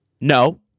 No